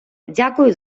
дякую